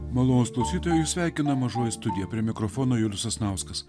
malonūs klausytojai jus sveikina mažoji studija prie mikrofono julius sasnauskas